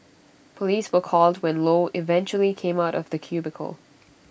Police were called when low eventually came out of the cubicle